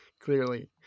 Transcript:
clearly